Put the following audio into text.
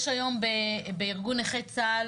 יש היום בארגון נכי צה"ל